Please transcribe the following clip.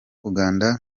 uganda